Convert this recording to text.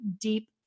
deep